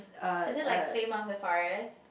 is it like Flame of the Forest